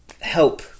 help